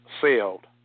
sailed